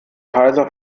heiser